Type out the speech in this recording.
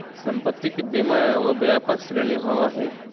संपत्ति के बीमा एगो व्यापक श्रेणी होबो हइ